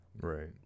right